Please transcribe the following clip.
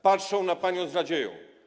Patrzą na panią z nadzieją.